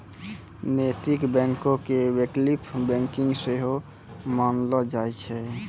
नैतिक बैंको के वैकल्पिक बैंकिंग सेहो मानलो जाय छै